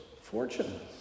fortunes